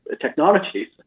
technologies